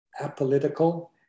apolitical